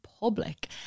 public